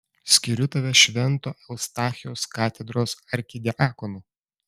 skiriu tave švento eustachijaus katedros arkidiakonu